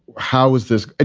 how is this? ah